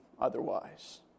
otherwise